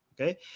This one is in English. Okay